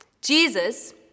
Jesus